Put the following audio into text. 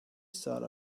thought